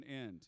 end